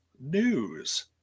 News